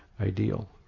ideal